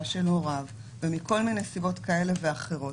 של הוריו ומכל מיני סיבות כאלה ואחרות.